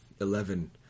Eleven